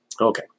okay